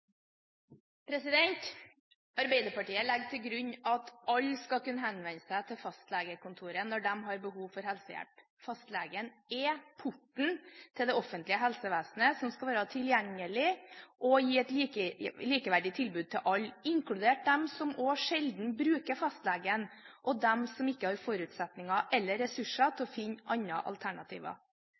Arbeiderpartiet legger til grunn at alle skal kunne henvende seg til fastlegekontoret når de har behov for helsehjelp. Fastlegen er porten til det offentlige helsevesenet, som skal være tilgjengelig og gi et likeverdig tilbud til alle, inkludert dem som sjelden bruker fastlegen, og dem som ikke har forutsetninger for eller ressurser til å finne andre alternativer.